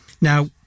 Now